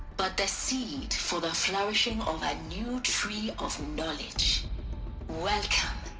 but the seed for the flourishing of a new tree of knowledge welcome.